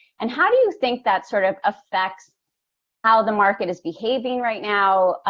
and how do you think that sort of affects how the market is behaving right now,